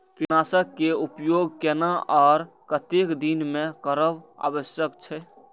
कीटनाशक के उपयोग केना आर कतेक दिन में करब आवश्यक छै?